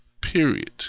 period